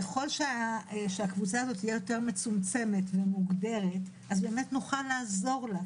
ככל שהקבוצה הזאת תהיה יותר מצומצמת ומוגדרת אז באמת נוכל לעזור לה.